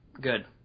Good